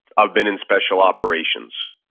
i've been in special operations.